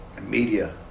Media